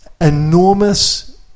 enormous